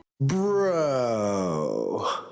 Bro